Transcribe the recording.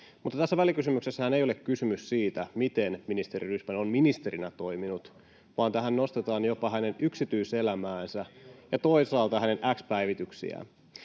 tässä välikysymyksessähän ei ole kysymys siitä, miten ministeri Rydman on ministerinä toiminut, vaan tähän nostetaan jopa hänen yksityiselämäänsä ja toisaalta hänen X-päivityksiään.